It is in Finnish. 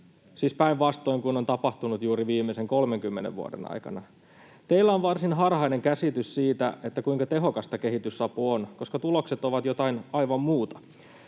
siis päinvastoin kuin on tapahtunut juuri viimeisen 30 vuoden aikana. Teillä on varsin harhainen käsitys siitä, kuinka tehokasta kehitysapu on, koska tulokset ovat jotain aivan muuta.